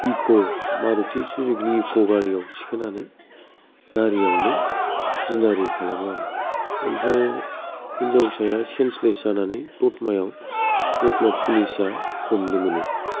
इख' मारुथि सुजुखि इख' गारियाव थिखोनानै गारियावनो जिनाहारि खालामो आरो ओमफ्राय हिनजावसाया सेनस लेस जानानै दतमायाव दतमा फुलिसा हमनो मोनो